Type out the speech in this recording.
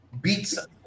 beats